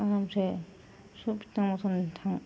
ओमफ्राय मोजाङै थां